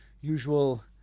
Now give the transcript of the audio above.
usual